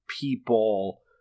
people